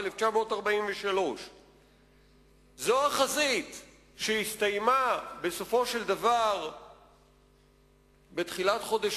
1943. זו החזית שהסתיימה בסופו של דבר בתחילת חודש